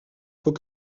faut